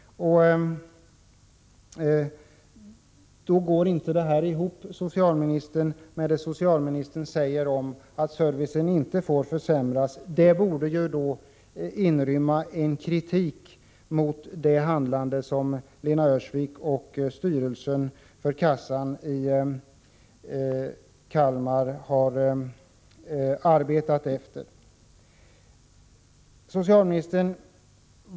Detta går inte ihop med vad socialministern säger om att servicen inte får försämras. Ett sådant uttalande inrymmer i själva verket en kritik mot Lena Öhrsvik och den övriga styrelsen för försäkringskassan i Kalmar och deras handlande.